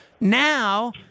now